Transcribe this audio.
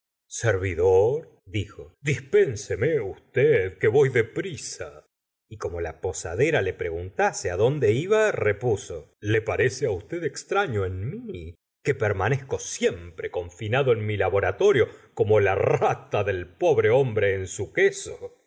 servidor dijo dispénseme usted que voy de prisa y como la posadera le preguntase donde iba repuso le parece usted extraño en mi que permanezco siempre confinado en mi laboratorio como la rata del pobre hombre en su queso